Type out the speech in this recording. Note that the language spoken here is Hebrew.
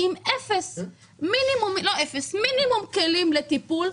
עם מינימום כלים לטיפול.